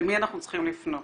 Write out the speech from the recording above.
למי אנחנו צריכים לפנות?